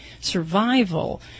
survival